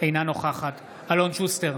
אינה נוכחת אלון שוסטר,